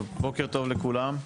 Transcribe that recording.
בוקר טוב לכולם,